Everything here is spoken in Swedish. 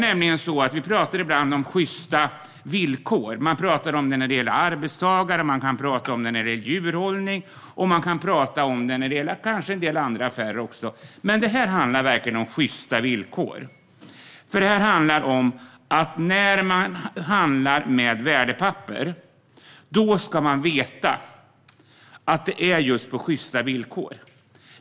Vi talar ibland om sjysta villkor - när det gäller arbetstagare, djurhållning eller kanske andra saker. Men detta handlar verkligen om sjysta villkor. När man handlar med värdepapper ska man veta att det sker på just sjysta villkor.